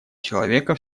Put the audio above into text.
человека